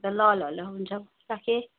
ल ल ल हुन्छ राखेँ